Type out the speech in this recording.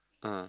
ah